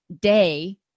day